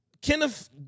Kenneth